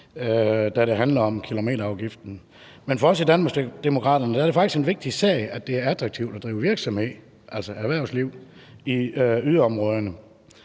da det handler om kilometerafgiften. Men for os i Danmarksdemokraterne er det faktisk en vigtig sag, at det er attraktivt at drive virksomhed – altså erhvervsliv – i yderområderne,